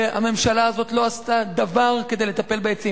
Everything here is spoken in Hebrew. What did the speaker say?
והממשלה הזאת לא עשתה דבר כדי לטפל בהיצעים.